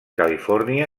califòrnia